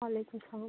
وعلیکُم سلام